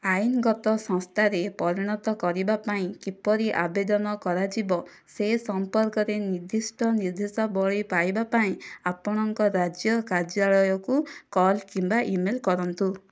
ଆଇନ୍ଗତ ସଂସ୍ଥାରେ ପରିଣତ କରିବାପାଇଁ କିପରି ଆବେଦନ କରାଯିବ ସେ ସମ୍ପର୍କରେ ନିର୍ଦ୍ଦିଷ୍ଟ ନିର୍ଦ୍ଦେଶାବଳୀ ପାଇବାପାଇଁ ଆପଣଙ୍କ ରାଜ୍ୟ କାର୍ଯ୍ୟାଳୟକୁ କଲ୍ କିମ୍ବା ଇମେଲ୍ କରନ୍ତୁ